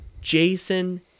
Jason